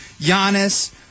Giannis